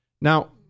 Now